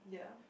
yeah